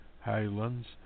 Highlands